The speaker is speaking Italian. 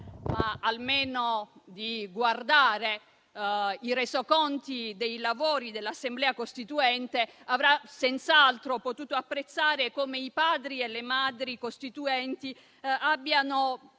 ma almeno di guardare i resoconti dei lavori dell'Assemblea costituente avrà senz'altro potuto apprezzare come i Padri e le Madri costituenti abbiano sentito